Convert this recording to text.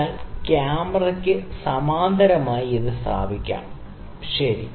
അതിനാൽ ക്യാമറയ്ക്ക് സമാന്തരമായി ഇത് സ്ഥാപിക്കാം ശരി